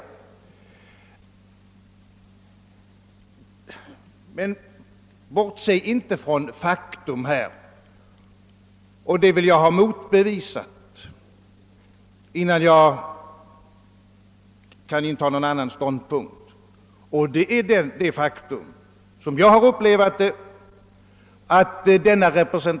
Men bortse inte från faktum! Innan jag kan inta någon annan ståndpunkt, vill jag ha bevisat att denna representation — som jag upplever den — icke varit till fördel.